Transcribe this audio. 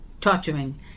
torturing